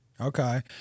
Okay